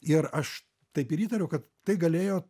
ir aš taip ir įtariu kad tai galėjo